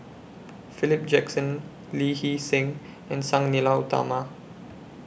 Philip Jackson Lee Hee Seng and Sang Nila Utama